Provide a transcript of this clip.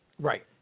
Right